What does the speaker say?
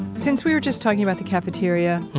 since we were just talking about the cafeteria,